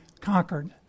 conquered